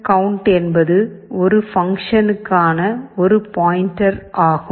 count count என்பது ஒரு பங்க்ஷனுக்கான ஒரு பாயின்டர் ஆகும்